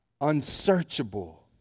Unsearchable